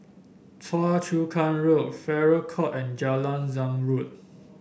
Choa Chu Kang Road Farrer Court and Jalan Zamrud